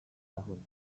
tahun